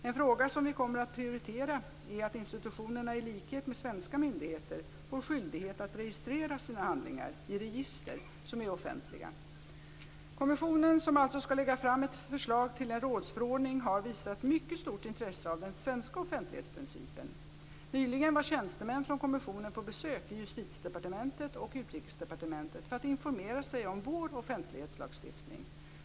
En fråga som vi kommer att prioritera är att institutionerna i likhet med svenska myndigheter får skyldighet att registrera sina handlingar i register, som är offentliga. Kommissionen, som alltså skall lägga fram ett förslag till en rådsförordning, har visat mycket stort intresse av den svenska offentlighetsprincipen. Nyligen var tjänstemän från kommissionen på besök i Justitiedepartementet och Utrikesdepartementet för att informera sig om vår offentlighetslagstiftning.